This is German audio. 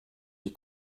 die